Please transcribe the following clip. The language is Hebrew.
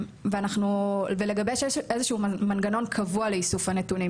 לגבי איזשהו מנגנון קבוע לאיסוף הנתונים,